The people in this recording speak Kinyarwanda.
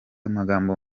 amagambo